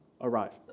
arrive